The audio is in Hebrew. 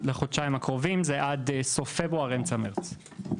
"לחודשיים הקרובים" זה עד סוף פברואר, אמצע מרץ.